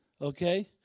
okay